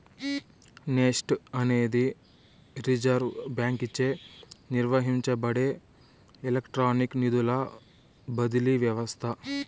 NEFT అనేది reserve బాంకీచే నిర్వహించబడే ఎలక్ట్రానిక్ నిధుల బదిలీ వ్యవస్త